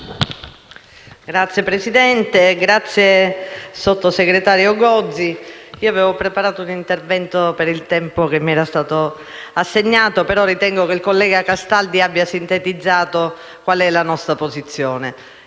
Signor Presidente, signor sottosegretario Gozi, avevo preparato un intervento per il tempo che mi era stato assegnato, ma ritengo che il collega Castaldi abbia ben sintetizzato la nostra posizione.